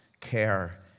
care